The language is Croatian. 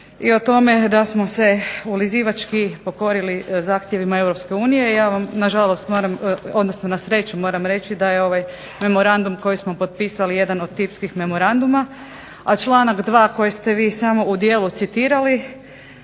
i o tome da smo se ulizivački pokorili zahtjevima Europske unije. Ja vam na žalost moram, odnosno na sreću moram reći da je ovaj memorandum koji smo potpisali jedan od tipskih memoranduma, a članak 2. koji ste vi samo u dijelu citirali